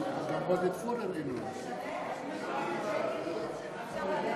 אני לא שומעת.